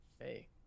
hey